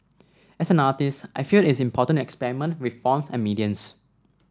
as an artist I feel it is important to experiment with forms and mediums